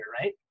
right